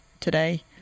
today